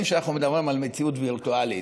שאנחנו מדברים על מציאות וירטואלית.